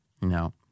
No